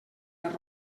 les